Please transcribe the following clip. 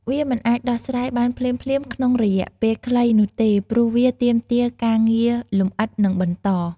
វាមិនអាចដោះស្រាយបានភ្លាមៗក្នុងរយៈពេលខ្លីនោះទេ ព្រោះវាទាមទារការងារលម្អិត និងបន្ត។